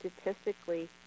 statistically